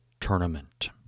Tournament